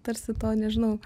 tarsi to nežinau